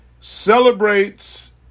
celebrates